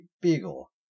Beagle